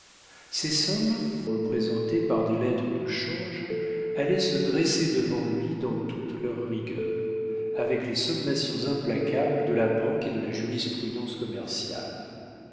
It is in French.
ces sommes représentées par des lettres de change allaient se dresser devant lui dans toute leur rigueur avec les sommations implacables de la banque et de la jurisprudence commerciale